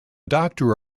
doctor